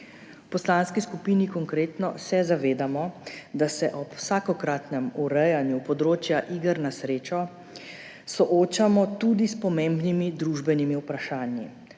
V Poslanski skupini Konkretno se zavedamo, da se ob vsakokratnem urejanju področja iger na srečo soočamo tudi s pomembnimi družbenimi vprašanji;